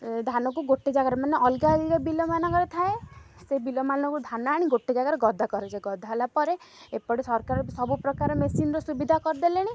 ଧାନକୁ ଗୋଟେ ଜାଗାରେ ମାନେ ଅଲଗା ଅଲଗା ବିଲ ମାନଙ୍କରେ ଥାଏ ସେ ବିଲ ମାନଙ୍କୁ ଧାନ ଆଣି ଗୋଟେ ଜାଗାରେ ଗଦା କରାଯାଏ ଗଦା ହେଲା ପରେ ଏପଟ ସରକାର ସବୁପ୍ରକାର ମେସିନ୍ର ସୁବିଧା କରିଦେଲେଣି